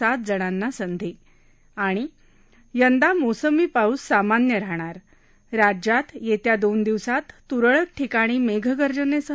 सात जणांना संधी यंदा मोसमी पाऊस सामान्य राहणार राज्यात येत्या दोन दिवसांत त्रळक ठिकाणी मेघगर्जनेसह